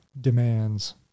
demands